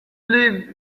live